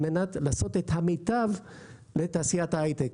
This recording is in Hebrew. על מנת לעשות את המיטב לתעשיית ההיי-טק.